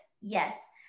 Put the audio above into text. yes